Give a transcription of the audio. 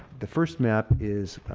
the first map is